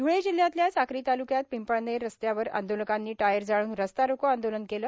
धुळे जिल्ह्यातल्या साक्री तालुक्यात पिंपळनेर रस्त्यावर आंदोलकांनी टायर जाळून रस्ता रोको आंदोलन केलं